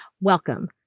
Welcome